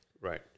right